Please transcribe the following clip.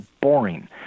boring